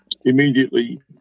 immediately –